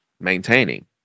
maintaining